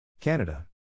Canada